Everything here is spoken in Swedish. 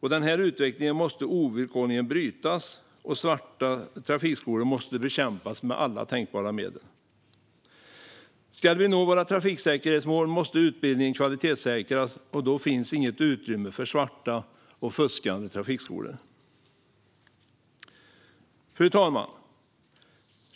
Den här utvecklingen måste ovillkorligen brytas, och svarta trafikskolor måste bekämpas med alla tänkbara medel. Ska vi nå våra trafiksäkerhetsmål måste utbildningen kvalitetssäkras. Då finns det inget utrymme för svarta och fuskande trafikskolor. Fru talman!